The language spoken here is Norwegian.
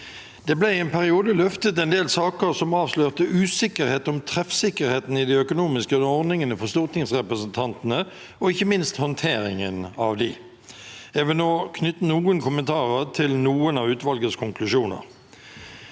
Det ble en periode løftet en del saker som avslørte usikkerhet om treffsikkerheten i de økonomiske ordningene for stortingsrepresentantene og ikke minst håndteringen av dem. Jeg vil nå knytte noen kommentarer til noen av utvalgets konklusjoner.